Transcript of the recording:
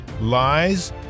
lies